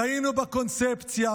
טעינו בקונספציה.